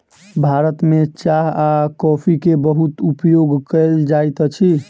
भारत में चाह आ कॉफ़ी के बहुत उपयोग कयल जाइत अछि